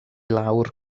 lawr